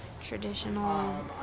traditional